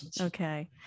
okay